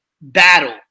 battle